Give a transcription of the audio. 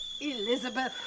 Elizabeth